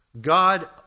God